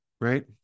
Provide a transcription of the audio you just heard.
right